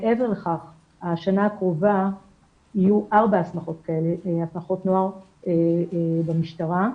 בשנה הקרובה יהיו ארבע הסמכות נוער במשטרה.